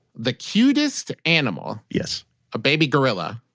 the cutest animal yes a baby gorilla